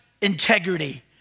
integrity